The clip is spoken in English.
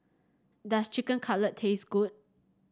does Chicken Cutlet taste good